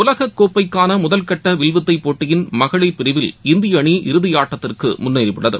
உலகக்கோப்பைக்கானமுதல்கட்டவில்வித்தைப் போட்டயின் மகளிர் பிரிவில் இந்திய அணிஇறுதி ஆட்டத்திற்குமுன்னேறியுள்ளது